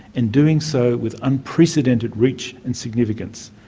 and doing so with unprecedented reach and significance.